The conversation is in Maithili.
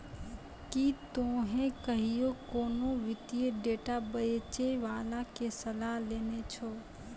कि तोहें कहियो कोनो वित्तीय डेटा बेचै बाला के सलाह लेने छो?